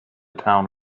town